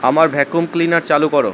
আমার vacuum cleaner চালু করো